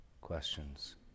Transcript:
questions